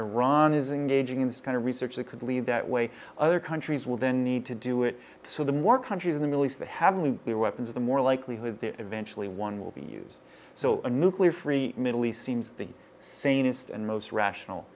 iran is engaging in this kind of research that could lead that way other countries will then need to do it so the more countries in the middle east that have only their weapons the more likelihood that eventually one will be used so a nuclear free middle east seems the sane ist and most rational